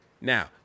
Now